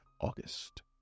august